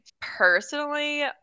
personally